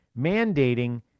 mandating